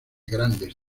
grandes